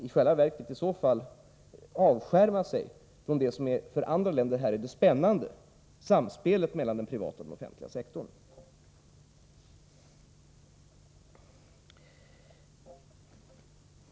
I så fall avskärmar vi oss från det som för andra länder är det spännande — samspelet mellan den privata och den offentliga sektorn.